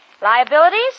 Liabilities